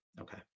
Okay